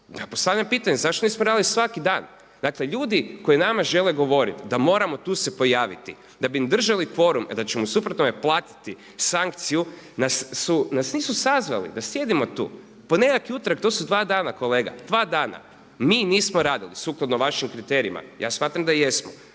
Ja postavljam pitanje, zašto nismo radili svaki dan? Dakle ljudi koji nama žele govoriti da moramo tu se pojaviti, da bi im držali kvorum, a da ćemo u suprotnome platiti sankciju, nas nisu sazvali da sjedimo tu. Ponedjeljak i utorak, to su dva dana kolega, dva dana, mi nismo radili sukladno vašim kriterijima, ja smatram da jesmo,